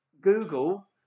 Google